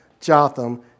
Jotham